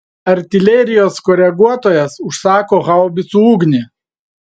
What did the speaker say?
artilerijos koreguotojas užsako haubicų ugnį